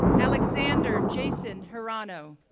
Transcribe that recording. alexander jason hirano,